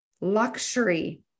Luxury